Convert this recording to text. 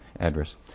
address